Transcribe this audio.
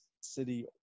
city